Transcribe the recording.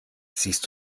siehst